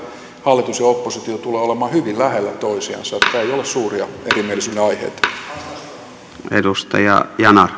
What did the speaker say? hallitus ja oppositio tulevat olemaan hyvin lähellä toisiansa ei ole suuria erimielisyyden aiheita